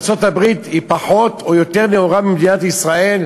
ארצות-הברית היא פחות או יותר נאורה ממדינת ישראל?